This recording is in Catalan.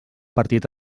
partit